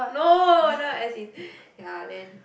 no no as in ya then